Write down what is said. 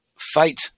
fight